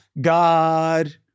God